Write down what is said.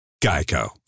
Geico